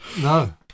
No